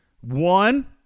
One